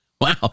Wow